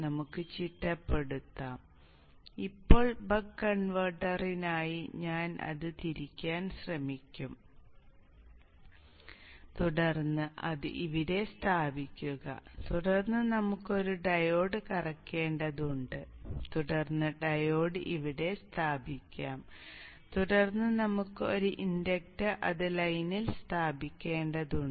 നമുക്ക് ചിട്ടപ്പെടുത്താം ഇപ്പോൾ ബക്ക് കൺവെർട്ടറിനായി ഞാൻ അത് തിരിക്കാൻ ശ്രമിക്കും തുടർന്ന് അത് ഇവിടെ സ്ഥാപിക്കുക തുടർന്ന് നമുക്ക് ഒരു ഡയോഡ് കറക്കേണ്ടതുണ്ട് തുടർന്ന് ഡയോഡ് ഇവിടെ സ്ഥാപിക്കാം തുടർന്ന് നമുക്ക് ഒരു ഇൻഡക്ടർ അത് ലൈനിൽ സ്ഥാപിക്കേണ്ടതുണ്ട്